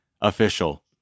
Official